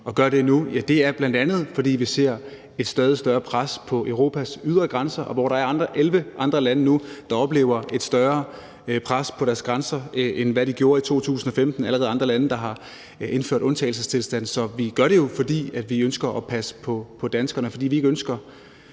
nu, er bl.a., at vi ser et stadig større pres på Europas ydre grænser. Der er 11 andre lande nu, der oplever et større pres på deres grænser, end de gjorde i 2015, og der er allerede andre lande, der har indført undtagelsestilstand. Så vi gør det jo, fordi vi ønsker at passe på danskerne,